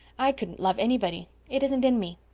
i couldn't love anybody. it isn't in me.